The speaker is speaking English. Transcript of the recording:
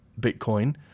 Bitcoin